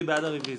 מי בעד הרוויזיה?